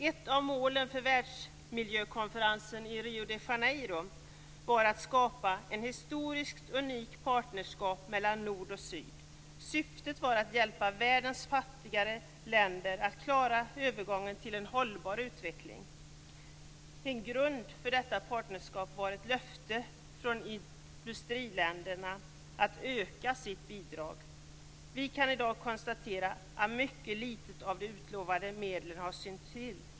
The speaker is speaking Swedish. Ett av målen för världsmiljökonferensen i Rio de Janeiro var att skapa ett historiskt unikt partnerskap mellan nord och syd. Syftet var att hjälpa världens fattigare länder att klara övergången till en hållbar utveckling. En grund för detta partnerskap var ett löfte från industriländerna att öka sitt bidrag. Vi kan i dag konstatera att mycket lite av de utlovade medlen har synts till.